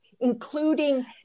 including